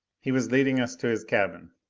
he was leading us to his cabin.